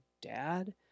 dad